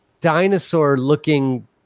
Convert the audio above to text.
dinosaur-looking